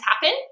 happen